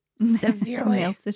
severely